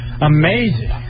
Amazing